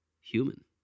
human